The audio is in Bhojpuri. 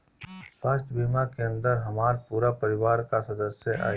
स्वास्थ्य बीमा के अंदर हमार पूरा परिवार का सदस्य आई?